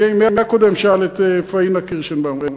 מי הקודם ששאל את פאינה קירשנבאום,